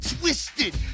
Twisted